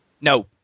No